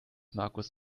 markus